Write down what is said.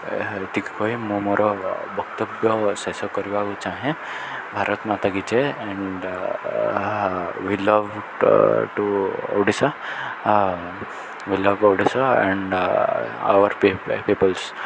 ଏତିକି କହି ମୁଁ ମୋର ବକ୍ତବ୍ୟ ଶେଷ କରିବାକୁ ଚାହେଁ ଭାରତ ମାତା କି ଜୟ and we love to Odisha we love Odisha and our People's